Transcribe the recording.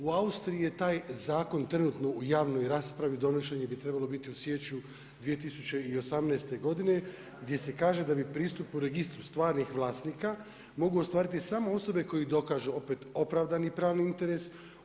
U Austriji je taj zakon trenutno u javnoj raspravi, donošenje bi trebalo biti u siječnju 2018. godine gdje se kaže da bi pristup registru stvarnih vlasnika mogu ostvariti samo osobe koje dokažu opet opravdani pravni interes.